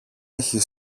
έχει